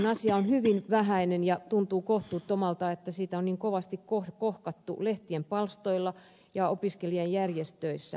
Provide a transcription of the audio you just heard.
asia on hyvin vähäinen ja tuntuu kohtuuttomalta että siitä on niin kovasti kohkattu lehtien palstoilla ja opiskelijajärjestöissä